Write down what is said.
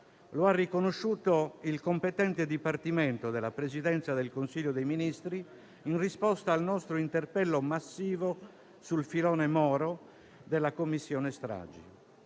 Lo ha riconosciuto il competente Dipartimento della Presidenza del Consiglio dei ministri, in risposta al nostro interpello massivo sul filone Moro della Commissione stragi.